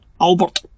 Albert